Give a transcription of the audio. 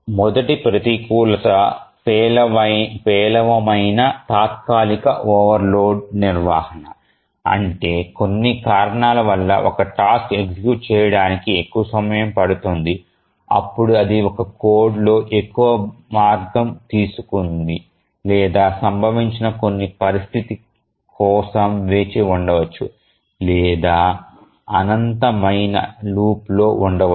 మొదటి ప్రతికూలత పేలవమైన తాత్కాలిక ఓవర్లోడ్ నిర్వహణ అంటే కొన్ని కారణాల వల్ల ఒక టాస్క్ ఎగ్జిక్యూట్ చేయడానికి ఎక్కువ సమయం పడుతుంది అప్పుడు అది ఒక కోడ్లో ఎక్కువ మార్గం తీసుకుంది లేదా సంభవించని కొన్ని పరిస్థితి కోసం వేచి ఉండవచ్చు లేదా అనంతమైన లూప్లో ఉండవచ్చు